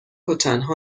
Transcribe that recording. وتنها